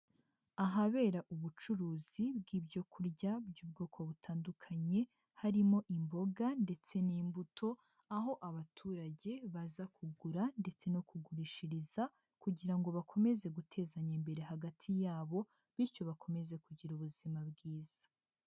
Ahabera ubucuruzi bw'ibyo kurya by'ubwoko butandukanye, harimo imboga ndetse n'imbuto aho abaturage baza kugura ndetse no kugurishiriza kugira ngo bakomeze gutezanya imbere hagati yabo, bityo bakomeze kugira ubuzima bwiza.